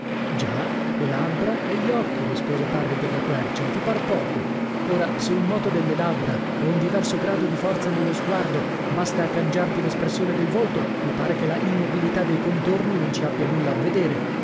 già le labbra e gli occhi rispose parri della quercia e ti par poco ora se un moto delle labbra o un diverso grado di forza nello sguardo basta a cangiarti l'espressione del volto mi pare che la immobilità dei contorni non ci abbia nulla a vedere